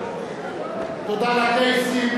תודה לקייסים,